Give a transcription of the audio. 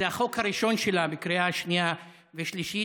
זה החוק הראשון שלה בקריאה השנייה והשלישית.